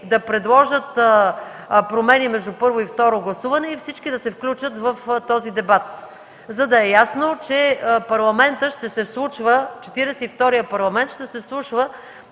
да предложат промени между първо и второ гласуване – всички да се включат в този дебат. Да е ясно, че Четиридесет и вторият парламент ще се вслушва